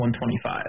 125